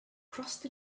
trust